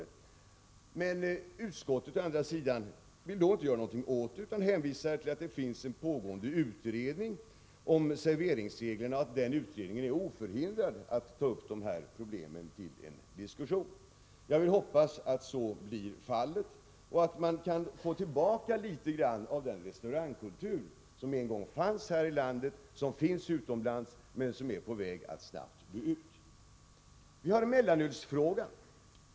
Men utskottet vill å andra sidan inte göra någonting åt detta, utan hänvisar till att pågående utredning av serveringsreglerna är oförhindrad att ta upp de här problemen till diskussion. Jag vill hoppas att så blir fallet och att man skall få tillbaka litet grand av den restaurangkultur som finns utomlands och som en gång fanns här i landet men är på väg att snabbt dö ut. Vi har mellanölsfrågan.